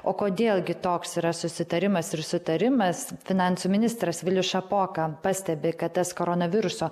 o kodėl gi toks yra susitarimas ir sutarimas finansų ministras vilius šapoka pastebi kad tas koronaviruso